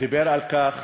דיבר על כך